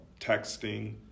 texting